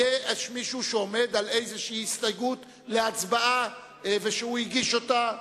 ולכן הסתייגותם מתבטלת.